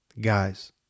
guys